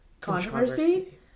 controversy